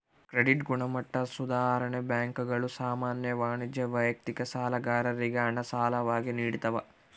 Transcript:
credit ಗುಣಮಟ್ಟ ಸುಧಾರಣೆ ಬ್ಯಾಂಕುಗಳು ಸಾಮಾನ್ಯ ವಾಣಿಜ್ಯ ವೈಯಕ್ತಿಕ ಸಾಲಗಾರರಿಗೆ ಹಣ ಸಾಲವಾಗಿ ನಿಡ್ತವ